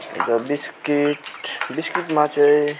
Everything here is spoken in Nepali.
र बिस्कुट बिस्कुटमा चाहिँ